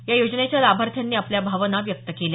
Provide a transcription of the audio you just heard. या योजनेच्या लाभार्थ्यांनी आपल्या भावना व्यक्त केल्या